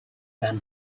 than